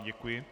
Děkuji.